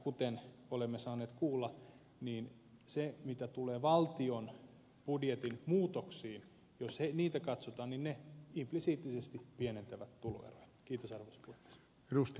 kuten olemme saaneet kuulla niin mitä tulee valtion budjetin muutoksiin jos niitä katsotaan niin ne implisiittisesti pienentävät tuloeroja